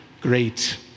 great